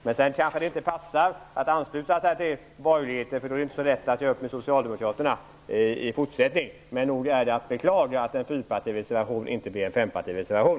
Men det kanske inte passar att ansluta sig till borgerligheten för då blir det inte så lätt att göra upp med socialdemokraterna i fortsättningen. Men nog är det att beklaga att en fyrpartireservation inte blev en fempartireservation.